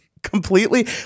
completely